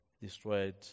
destroyed